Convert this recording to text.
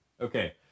Okay